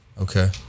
Okay